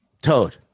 toad